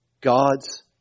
God's